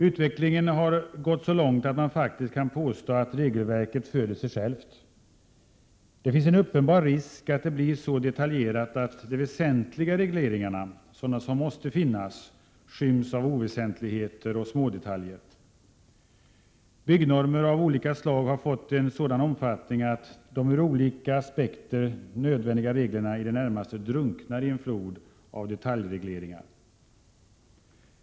Utvecklingen har gått så långt att man faktiskt kan påstå att regelverket föder sig självt. Det finns en uppenbar risk att det blir så detaljerat att de väsentliga regleringarna, sådana som måste finnas, skyms av oväsentligheter och smådetaljer. Byggnormer av olika slag har fått en sådan omfattning att de ur olika aspekter nödvändiga reglerna i det närmaste drunknar i en flod av detaljregleringar.